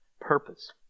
purpose